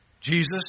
Jesus